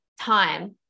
time